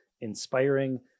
inspiring